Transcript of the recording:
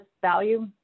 value